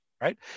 right